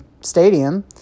stadium